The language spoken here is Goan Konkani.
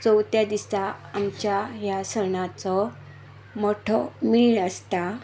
चवथ्या दिसा आमच्या ह्या सणाचो मोठो मेळ आसता